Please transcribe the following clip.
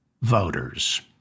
voters